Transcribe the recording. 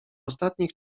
ostatnich